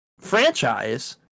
franchise